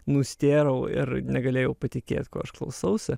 nustėrau ir negalėjau patikėt ko aš klausausi